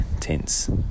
Tense